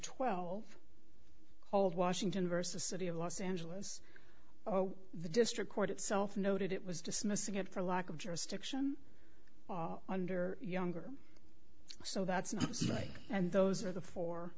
twelve old washington versus city of los angeles oh the district court itself noted it was dismissing it for lack of jurisdiction under younger so that's not right and those are the four